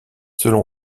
selon